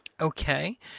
Okay